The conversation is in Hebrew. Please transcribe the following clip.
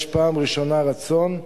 יש פעם ראשונה רצון,